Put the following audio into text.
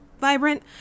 vibrant